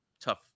tough